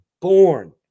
born